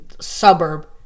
suburb